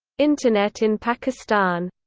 internet in pakistan